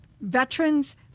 veterans